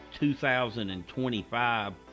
2025